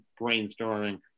brainstorming